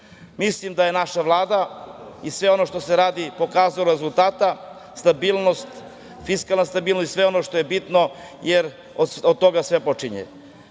Mislim da je naša Vlada i sve ono što se radi pokazalo rezultate, fiskalna stabilnost i sve ono što je bitno, jer od toga sve počinje.